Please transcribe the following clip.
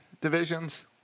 divisions